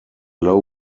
low